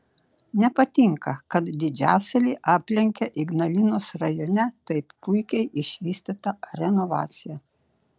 nepatinka kad didžiasalį aplenkia ignalinos rajone taip puikiai išvystyta renovacija